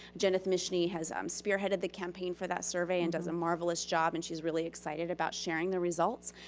jenneth mischney has um spearheaded the campaign for that survey and does a marvelous job. and she's really excited about sharing the results.